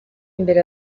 imbere